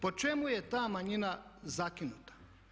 Po čemu je ta manjina zakinuta?